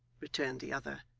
returned the other.